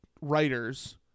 writers